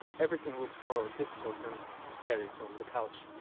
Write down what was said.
everything looks more difficult and scary from the couch,